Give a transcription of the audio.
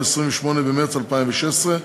28 במרס 2016,